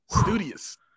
studious